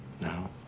now